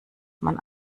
man